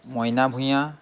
Moina Bhuyan